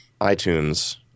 iTunes